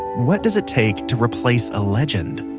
what does it take to replace a legend?